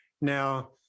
Now